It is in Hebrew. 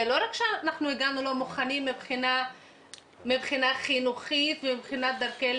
זה לא רק שאנחנו הגענו לא מוכנים מבחינה חינוכית ומבחינת דרכי לימוד,